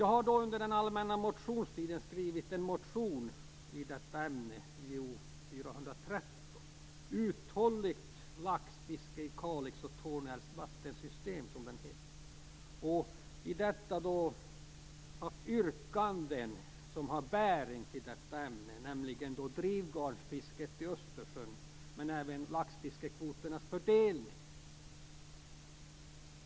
Jag har under den allmänna motionstiden skrivit en motion i detta ämne, Jo 413, som heter Laxfisket i Kalix och Torneälvens vattensystem. Där finns yrkanden som har bäring på detta ämne, nämligen när det gäller drivgarnsfisket i Östersjön och laxfiskekvoternas fördelning.